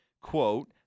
quote